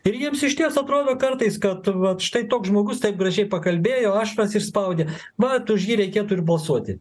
ir jiems iš ties atrodo kartais kad vat štai toks žmogus taip gražiai pakalbėjo ašaras išspaudė vat už jį reikėtų ir balsuoti